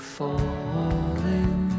falling